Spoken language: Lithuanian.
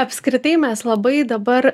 apskritai mes labai dabar